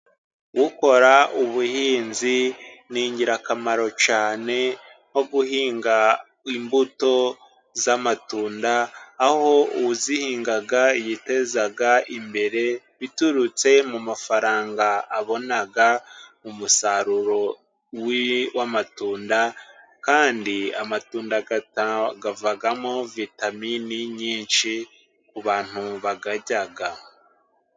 Ukora ubuhinzi ni ingirakamaro cyane, nko guhinga imbuto z'amatunda, aho uzihinga yiteza imbere, biturutse mu mafaranga abona, mu musaruro w'amatunda, kandi amatunda avamo vitaminini nyinshi, ku bantu bayarya.